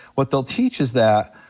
what they'll teach is that